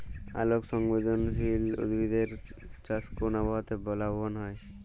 আলোক সংবেদশীল উদ্ভিদ এর চাষ কোন আবহাওয়াতে লাভবান হয়?